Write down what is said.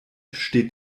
steht